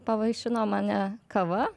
pavaišino mane kava